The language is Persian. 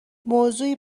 موضوعی